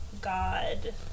God